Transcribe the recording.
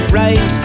right